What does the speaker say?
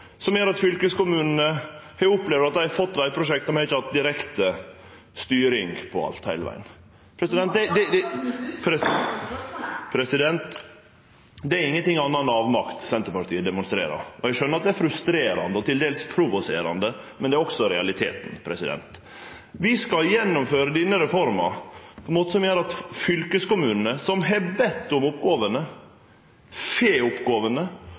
som gjer at fylkeskommunane opplever at dei har fått vegprosjekt, men ikkje hatt direkte styring på alt heile vegen. Nå må statsråden huske å svare på spørsmålet! Det er ingenting anna enn avmakt Senterpartiet demonstrerer. Eg skjønar at det er frustrerande og til dels provoserande, men det er også realiteten. Vi skal gjennomføre denne reforma på ein måte som gjer at fylkeskommunane, som har bedt om oppgåvene, får oppgåvene